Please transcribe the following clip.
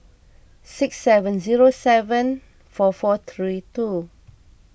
six seven zero seven four four three two